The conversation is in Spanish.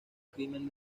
crimen